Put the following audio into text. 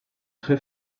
très